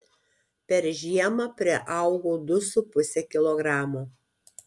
per žiemą priaugau du su puse kilogramo